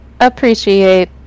appreciate